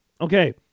okay